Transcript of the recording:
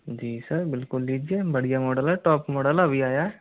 जी sir बिल्कुल लीजिए बढ़िया मोडल है टॉप मोडल है अभी आया है